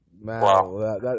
wow